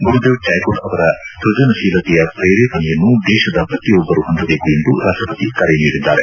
ಗುರುದೇವ್ ಟ್ಯಾಗೂರ್ ಅವರ ಸೃಜನಶೀಲತೆಯ ಪ್ರೇರೇಪಣೆಯನ್ನು ದೇಶದ ಪ್ರತಿಯೊಬ್ಬರೂ ಹೊಂದಬೇಕು ಎಂದು ರಾಷ್ಟಪತಿ ಕರೆ ನೀಡಿದ್ದಾರೆ